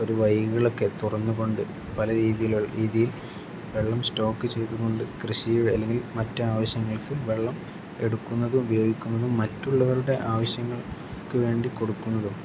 ഒരു വഴിവിളക്ക് തുറന്നുകൊണ്ട് പല രീതിയിൽ വെള്ളം സ്റ്റോക്ക് ചെയ്തുകൊണ്ട് കൃഷി അല്ലെങ്കിൽ മറ്റ് ആവശ്യങ്ങൾക്ക് വെള്ളമെടുക്കുന്നതും ഉപയോഗിക്കുന്നതും മറ്റുള്ളവരുടെ ആവശ്യങ്ങൾക്ക് വേണ്ടി കൊടുക്കുന്നതും